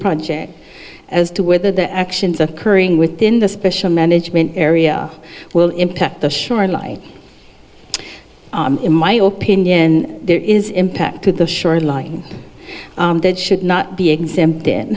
project as to whether the actions occurring within the special management area will impact the shoreline in my opinion there is impact to the shoreline that should not be exempt i